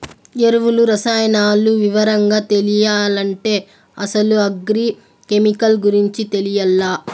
ఎరువులు, రసాయనాలు వివరంగా తెలియాలంటే అసలు అగ్రి కెమికల్ గురించి తెలియాల్ల